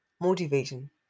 motivation